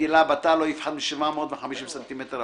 מטילה בתא לא יפחת משבע מאות וחמישים סמ"ר.